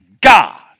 God